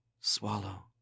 swallow